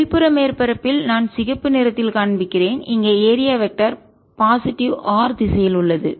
வெளிப்புற மேற்பரப்பில் நான் சிகப்பு நிறத்தில் காண்பிக்கிறேன் இங்கே ஏரியா வெக்டர் பாசிட்டிவ் r திசையில் உள்ளது